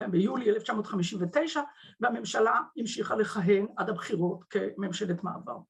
‫ביולי 1959, והממשלה המשיכה ‫לכהן עד הבחירות כממשלת מעבר.